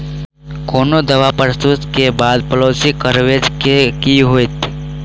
कोनो दावा प्रस्तुत करै केँ बाद पॉलिसी कवरेज केँ की होइत?